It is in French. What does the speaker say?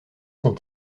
son